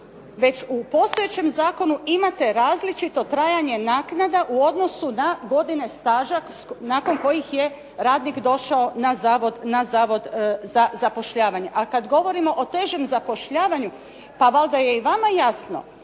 već u postojećem zakonu imate različito trajanje naknada u odnosu na godine staža nakon kojih je radnik došao na zavod za zapošljavanje. A kad govorimo o težem zapošljavanju pa valjda je i vama jasno